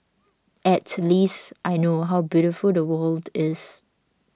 at least I know how beautiful the world is